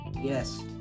yes